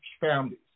families